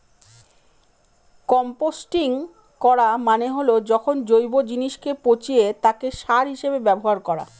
composting করা মানে হল যখন জৈব জিনিসকে পচিয়ে তাকে সার হিসেবে ব্যবহার করা